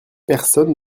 personne